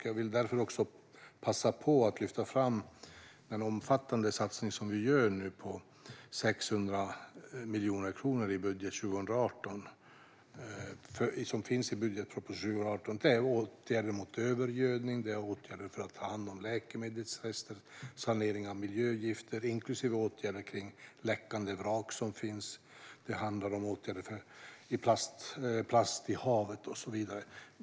Jag vill därför passa på att lyfta fram vår omfattande satsning på 600 miljoner kronor i budgetpropositionen 2018 för åtgärder mot övergödning, åtgärder för att ta hand om läkemedelsrester, sanering av miljögifter, inklusive åtgärder kring läckande vrak, åtgärder mot plast i havet och så vidare.